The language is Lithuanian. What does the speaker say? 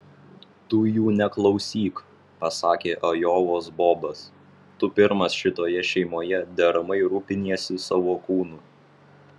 tu jų neklausyk pasakė ajovos bobas tu pirmas šitoje šeimoje deramai rūpiniesi savo kūnu